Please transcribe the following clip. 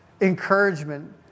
encouragement